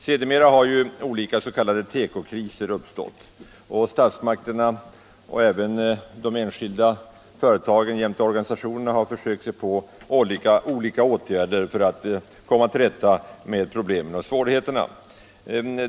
Sedermera har olika s.k. tekokriser uppstått, och statsmakterna, och även de enskilda företagen jämte organisationerna, har försökt sig på olika åtgärder för att komma till rätta med svårigheterna.